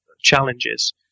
challenges